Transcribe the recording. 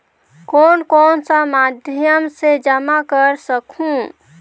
कौन कौन सा माध्यम से जमा कर सखहू?